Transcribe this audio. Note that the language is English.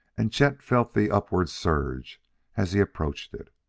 and chet felt the upward surge as he approached it.